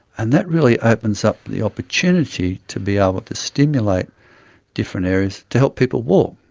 and that really opens up the opportunity to be ah able to stimulate different areas to help people walk,